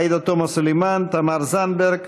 עאידה תומא סלימאן, תמר זנדברג.